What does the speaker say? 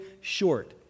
short